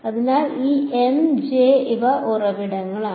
അതിനാൽ ഈ M J ഇവ ഉറവിടങ്ങളാണ്